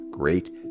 great